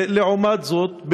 לעומת זאת,